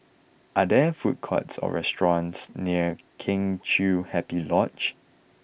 are there food courts or restaurants near Kheng Chiu Happy Lodge